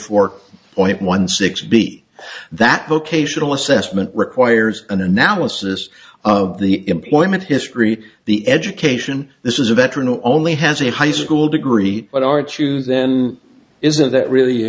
four point one six b that vocational assessment requires an analysis of the employment history the education this is a veteran who only has a high school degree but are true then isn't that really